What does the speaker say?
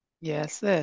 Yes